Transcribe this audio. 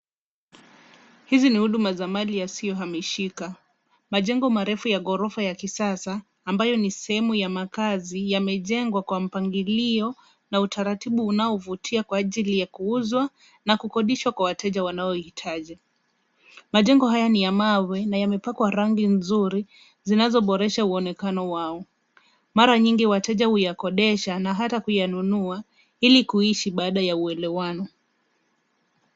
Hizi ni huduma za mali yasiyohamishika. Majengo marefu ya ghorofa ya kisasa ambayo ni sehemu ya makazi yamejengwa kwa mpangilio na utaratibu unaovutia kwa ajili ya kuuzwa na kukodishwa kwa wateja wanaoihitaji. Majengo haya ni ya mawe na yamepakwa rangi nzuri zinazoboresha uonekano wao. Mara nyingi wateja huyakodesha na hata kuyanunua ili kuishi baada ya uelewano.